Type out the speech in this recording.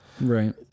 Right